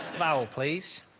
vowel please